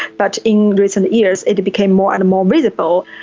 but in recent years it it became more and more visible.